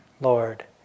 Lord